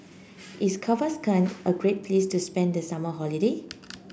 is Kazakhstan a great place to spend the summer holiday